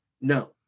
no